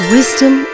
Wisdom